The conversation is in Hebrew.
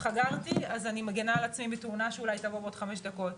חגרתי אז אני אגן על עצמי מתאונה שתבוא בעוד כחמש דקות,